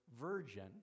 virgin